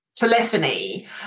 telephony